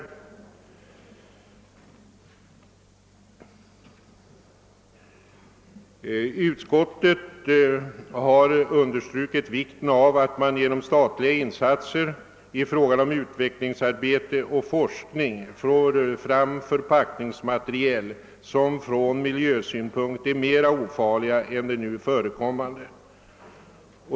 Utskottet har understrukit vikten av att genom statliga insatser i utveck lingsarbete och forskning få fram förpackningsmaterial, som från miljösynpunkt är mera ofarliga än de nu förekommande.